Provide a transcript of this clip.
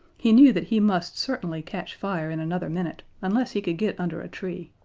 he knew that he must certainly catch fire in another minute unless he could get under a tree.